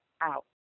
out